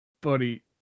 buddy